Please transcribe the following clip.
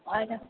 आओर